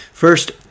First